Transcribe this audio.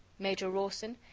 major rawson,